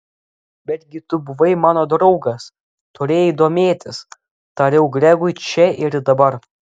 betgi tu buvai mano draugas turėjai domėtis tariau gregui čia ir dabar